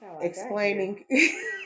explaining